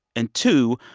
and two,